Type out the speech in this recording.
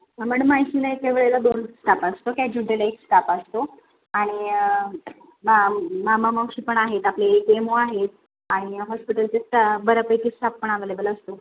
madam नाही त्या वेळेला दोन स्टाप असतो कॅज्युटीला एक स्टाफ असतो आणि मा मामा मावशी पण आहेत आपले एक एम ओ आहे आणि हॉस्पिटलचे स्टा बऱ्यापैकी स्टाप पण अवेलेबल असतो